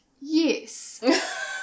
Yes